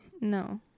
No